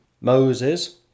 Moses